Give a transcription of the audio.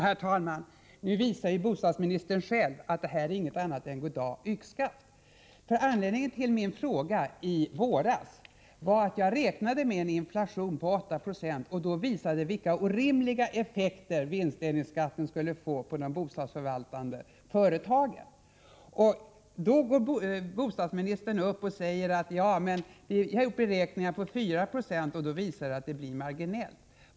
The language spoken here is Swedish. Herr talman! Nu visar bostadsministern själv att detta inte är något annat än ”goddag-yxskaft”. Anledningen till min fråga i våras var nämligen att jag räknade med en inflation på 8 20 och visade vilka orimliga effekter vinstdelningsskatten skulle få på de bostadsförvaltande företagen. Då sade bostadsministern: Ja, men vi har gjort beräkningar som utgår från 4 976, och de visar att effekten blir marginell.